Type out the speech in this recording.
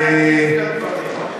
אתה חופשי ומשוחרר להגיד את הדברים.